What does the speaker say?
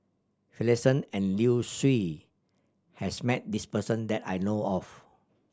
Finlayson and Liu Si has met this person that I know of